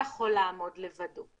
לעמוד לבדו.